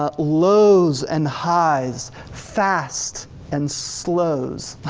ah lows and highs, fast and slows.